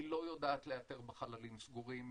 היא לא יודעת לאתר בחללים סגורים,